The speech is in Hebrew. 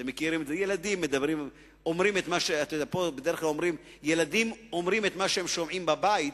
אומרים שילדים אומרים את מה שהם שומעים בבית.